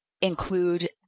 include